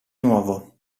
nuovo